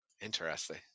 interesting